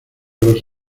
los